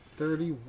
thirty